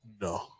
No